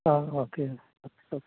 ആ okay okay okay